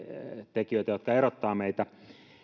tekijöitä jotka erottavat meitä